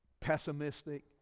pessimistic